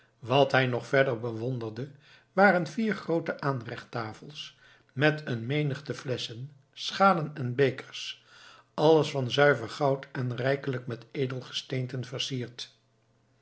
wat hij nog verder bewonderde waren vier groote aanrechttafels met een menigte flesschen schalen en bekers alle van zuiver goud en rijkelijk met edelgesteenten versierd